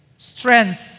Strength